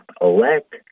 elect